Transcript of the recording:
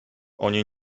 oni